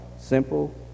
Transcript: simple